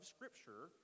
Scripture